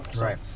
Right